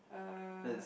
uh